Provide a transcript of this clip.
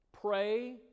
Pray